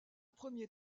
premier